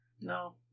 No